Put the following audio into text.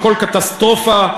הכול קטסטרופה,